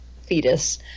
fetus